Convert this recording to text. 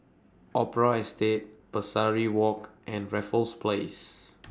Opera Estate Pesari Walk and Raffles Place